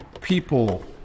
people